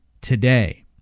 Today